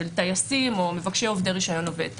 של טייסים או מבקשי רישיון עובד טיס.